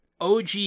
OG